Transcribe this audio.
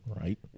Right